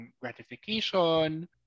gratification